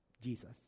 Jesus